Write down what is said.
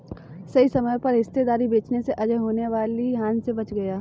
सही समय पर हिस्सेदारी बेचने से अजय होने वाली हानि से बच गया